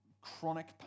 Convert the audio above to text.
chronic